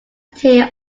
tear